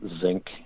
zinc